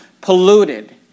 polluted